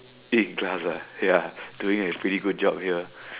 eat in class ah ya doing a pretty good job here